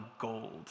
gold